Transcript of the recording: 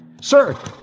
Sir